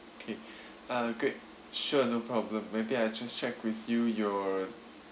okay uh great sure no problem maybe I just check with you your